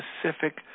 specific